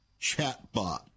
chatbot